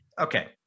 okay